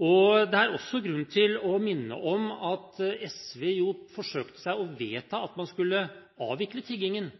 Det er også grunn til å minne om at SV i 2005 forsøkte å vedta at man skulle avvikle tiggingen.